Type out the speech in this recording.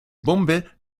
bombe